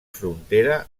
frontera